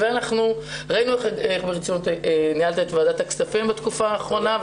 ראינו אותך איך ברצינות ניהלת את ועדת הכספים בתקופה האחרונה.